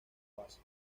base